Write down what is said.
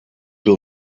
will